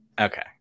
Okay